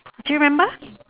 did you remember